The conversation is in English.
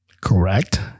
Correct